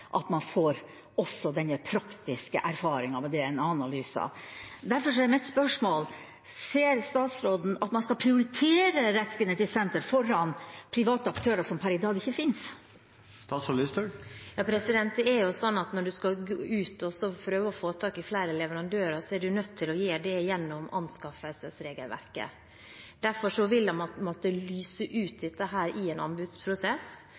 at man også får denne praktiske erfaringen med DNA-analyser. Derfor er mitt spørsmål: Ser statsråden at man skal prioritere Rettsgenetisk senter foran private aktører som per i dag ikke fins? Når man skal ut og prøve å få tak i flere leverandører, er man nødt til å gjøre det gjennom anskaffelsesregelverket. Derfor vil man måtte lyse ut dette i en anbudsprosess,